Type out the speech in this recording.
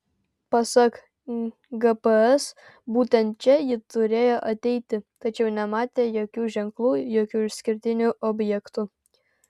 pasak gps būtent čia ji turėjo ateiti tačiau nematė jokių ženklų jokių išskirtinių objektų